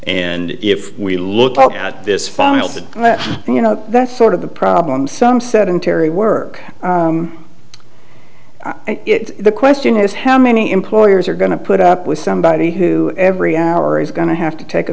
and if we look at this final to let you know that's sort of the problem some sedentary work the question is how many employers are going to put up with somebody who every hour is going to have to take a